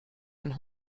einen